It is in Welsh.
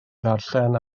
ddarllen